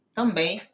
também